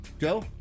Joe